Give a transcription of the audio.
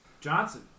Johnson